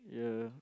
yeah